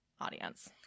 audience